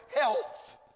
health